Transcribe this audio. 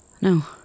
No